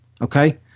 Okay